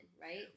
Right